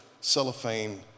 cellophane